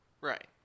Right